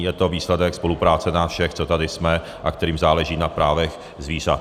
Je to výsledek spolupráce nás všech, co tady jsme a kterým záleží na právech zvířat.